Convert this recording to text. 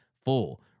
full